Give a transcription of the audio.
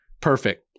Perfect